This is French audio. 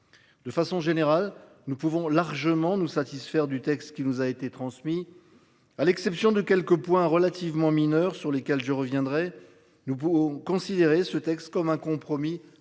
De façon générale, nous pouvons largement nous satisfaire du texte qui nous a été transmis à l'exception de quelques points a relativement mineures sur lesquelles je reviendrai. Nous pouvons considérer ce texte comme un compromis respectueux